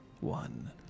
one